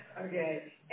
Okay